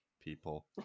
people